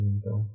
Então